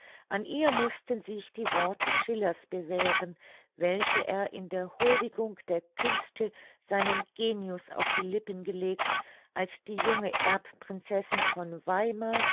an ihr mußten sich die worte schillers bewähren welche er in der huldigung der künste seinem genius auf die lippen gelegt als die junge erbprinzessin von weimar